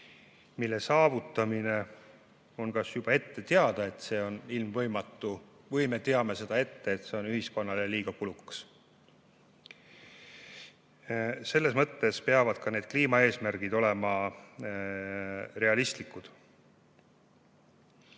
mille saavutamine on kas juba ette teada, et see on ilmvõimatu, või me teame seda ette, et see on ühiskonnale liiga kulukas. Selles mõttes peavad ka need kliimaeesmärgid olema realistlikud. Vabandust,